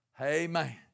Amen